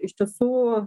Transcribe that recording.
iš tiesų